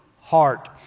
heart